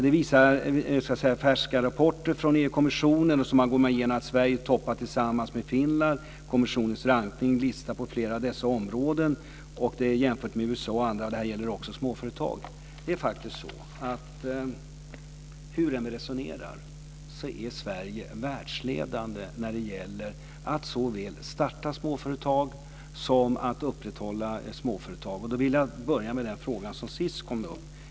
Det visar färska rapporter från EU kommissionen. Sverige toppar tillsammans med Finland kommissionens rankningslista på flera av dessa områden jämfört med USA och andra. Det gäller också småföretag. Hur vi än resonerar är Sverige världsledande när det gäller både att starta och upprätthålla småföretag. Jag vill börja med den fråga som kom upp sist.